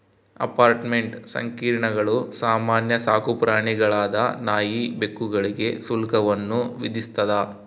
apartment ಸಂಕೀರ್ಣಗಳು ಸಾಮಾನ್ಯ ಸಾಕುಪ್ರಾಣಿಗಳಾದ ನಾಯಿ ಬೆಕ್ಕುಗಳಿಗೆ ಶುಲ್ಕವನ್ನು ವಿಧಿಸ್ತದ